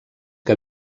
que